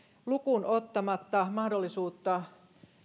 lukuun ottamatta mahdollisuutta